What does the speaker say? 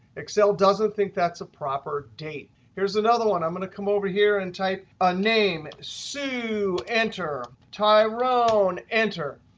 excel doesn't think that's a proper date. here's another one. i'm going to come over here and type a name, sue, enter, tyrone, enter.